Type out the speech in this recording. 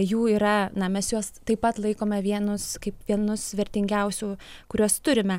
jų yra na mes juos taip pat laikome vienus kaip vienus vertingiausių kuriuos turime